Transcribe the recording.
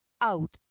out